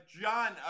John